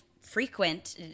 frequent